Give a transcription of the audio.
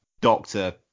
doctor